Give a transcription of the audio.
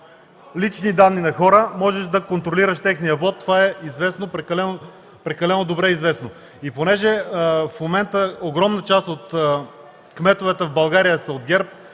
лични данни на хора, можеш да контролираш техния вот – това е прекалено добре известно. Понеже в момента огромна част от кметовете в България са от ГЕРБ,